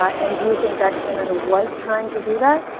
and do you think that canada was trying to do that?